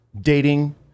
Dating